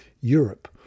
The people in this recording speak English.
Europe